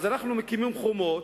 אז אנחנו מקימים חומות,